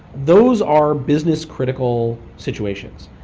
those are business critical situations.